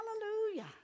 hallelujah